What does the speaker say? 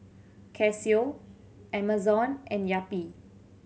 Casio Amazon and Yapi